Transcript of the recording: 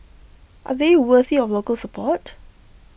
are they worthy of local support